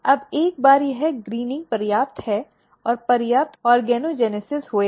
अब एक बार यह ग्रीनिंग पर्याप्त है और पर्याप्त ऑर्गेनोजेनेसिस हुए हैं